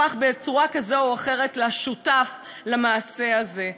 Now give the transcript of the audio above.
בצורה כזו או אחרת לשותף למעשה הזה.